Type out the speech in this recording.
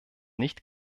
nicht